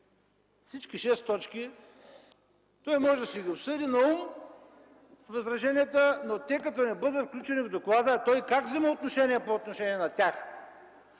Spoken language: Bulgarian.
Всички шест точки – той може да си обсъди на ум възраженията, но като не бъдат включени в доклада, той как взема отношение по отношение на тях?